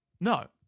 No